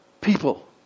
people